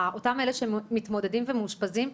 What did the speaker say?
אותם אלה שמתמודדים ומאושפזים,